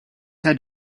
had